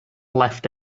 left